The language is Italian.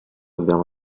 abbiamo